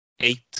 Eight